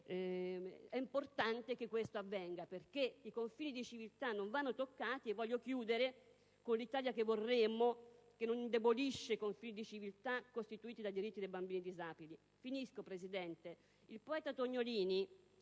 è importante che ciò avvenga, perché i confini di civiltà non vanno toccati. Vorrei concludere con l'Italia che vorremmo, quella che non indebolisce i confini di civiltà costituiti dai diritti dei bambini disabili. Dice il poeta